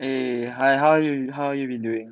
eh hi how are you how are you been doing